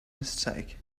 mistake